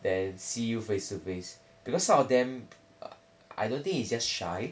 than see you face to face because some of them I don't think it's just shy